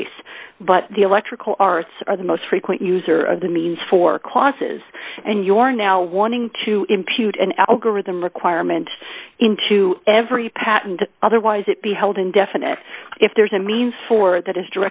case but the electrical arts are the most frequent user of the means for clauses and your now wanting to impute an algorithm requirement into every patent otherwise it be held indefinitely if there's a means for that is